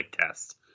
test